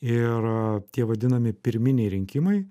ir tie vadinami pirminiai rinkimai